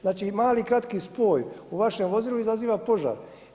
Znači i mali kratki spoj u vašem vozilu izaziva požar.